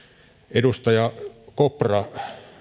edustaja kopra